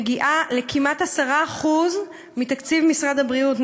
זה מגיע לכמעט 10% מתקציב משרד הבריאות.